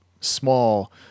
small